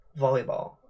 Volleyball